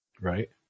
Right